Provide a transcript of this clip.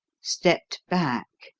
stepped back,